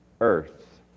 earth